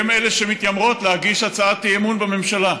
הן אלה שמתיימרות להגיש הצעת אי-אמון בממשלה.